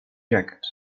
jacket